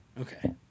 okay